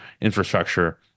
infrastructure